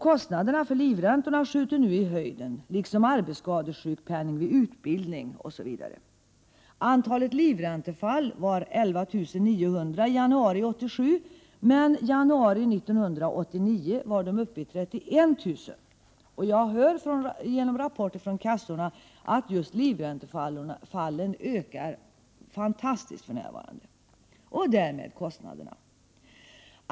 Kostnaderna för livräntorna skjuter nu i höjden, liksom arbetsskadesjukpenningen vid utbildning osv. Antalet livräntefall var 11 900 i januari 1987. Men i januari 1989 var det 31 000. Jag får rapporter från kassorna om att just antalet livräntefall ökar fantastiskt mycket för närvarande, och därmed kostnaderna.